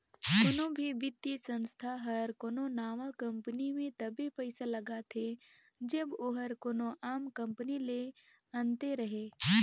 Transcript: कोनो भी बित्तीय संस्था हर कोनो नावा कंपनी में तबे पइसा लगाथे जब ओहर कोनो आम कंपनी ले अन्ते रहें